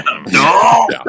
No